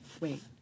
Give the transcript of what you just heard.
wait